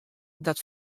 dat